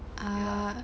ah